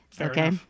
Okay